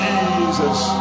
Jesus